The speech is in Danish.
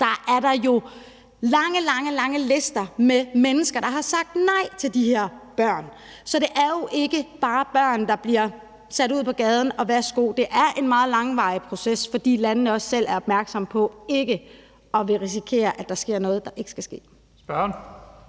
er der jo lange, lange lister med mennesker, der har sagt nej til de her børn. Så det er jo ikke bare børn, der bliver sat ud på gaden og værsgo! Det er en meget langvarig proces, fordi landene også selv er opmærksomme på ikke at risikere, at der sker noget, der ikke skal ske. Kl.